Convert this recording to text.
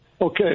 Okay